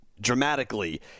dramatically